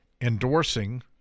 endorsing